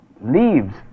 leaves